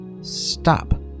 stop